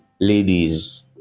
ladies